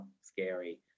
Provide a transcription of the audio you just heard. scary